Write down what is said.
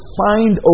find